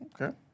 okay